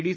D